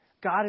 God